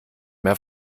mehr